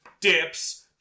dips